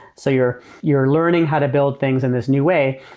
so you're you're learning how to build things in this new way.